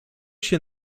się